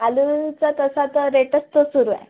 आलूचा तसा तर रेटच तो सुरू आहे